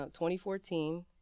2014